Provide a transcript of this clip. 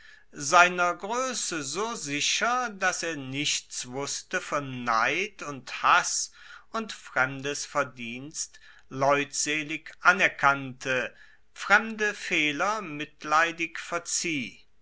seiner groesse so sicher dass er nichts wusste von neid und hass und fremdes verdienst leutselig anerkannte fremde fehler mitleidig verzieh